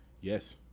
Yes